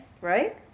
right